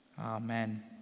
amen